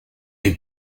est